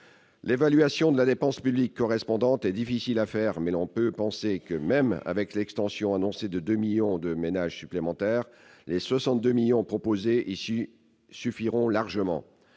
L'évaluation de la dépense publique correspondante est difficile à faire, mais l'on peut penser que même avec l'extension annoncée à 2 millions de ménages supplémentaires, les 62 millions d'euros proposés ici devraient suffire largement.